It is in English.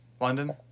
London